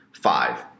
Five